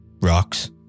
rocks